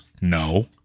No